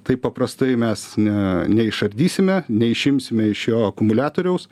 taip paprastai mes ne neišardysime neišimsime iš jo akumuliatoriaus